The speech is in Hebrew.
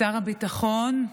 שר הביטחון,